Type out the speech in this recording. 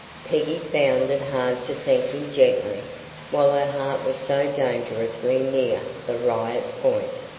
peggy found it hard to thank him gently while her heart was so dangerously near the riot point,